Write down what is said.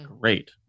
great